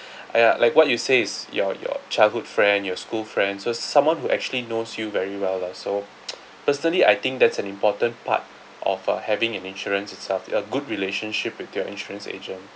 ah ya like what you say is your your childhood friend your school friends or someone who actually knows you very well lah so personally I think that's an important part of uh having an insurance itself a good relationship with your insurance agent